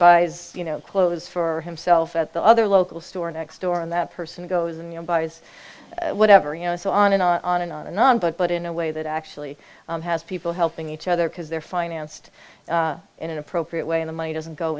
buys you know clothes for himself at the other local store next door and that person goes and buys whatever you know so on and on and on and on but but in a way that actually has people helping each other because they're financed in an appropriate way the money doesn't go